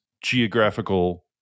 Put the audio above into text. geographical